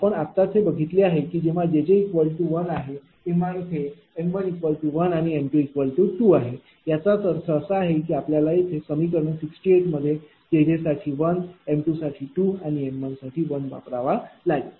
आपण आत्ताच हे बघितले आहे की जेव्हा jj 1 आहे तेव्हा इथे m11m22 आहे याचा अर्थ असा आहे की आपल्याला येथे समीकरण 68 मध्ये jj साठी 1 m2साठी 2 आणि m1साठी 1 वापरावा लागेल